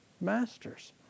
masters